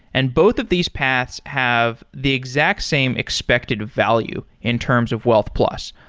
and both of these paths have the exact same expected value in terms of wealth plus,